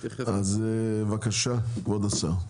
אז בבקשה כבוד השר.